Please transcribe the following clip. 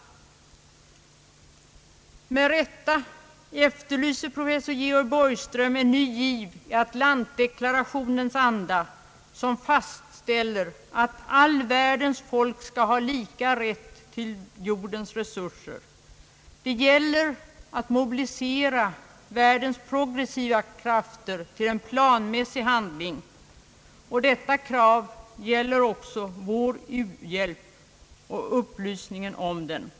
Med rätta efterlyser professor Georg Borgström en ny giv i Atlantdeklarationens anda, som fastställer att all världens folk skall ha lika rätt till jordens resurser. Det gäller att mobilisera världens progressiva krafter till en planmässig handling. Detta krav gäller också vår u-hjälp och upplysningen om den.